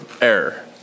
error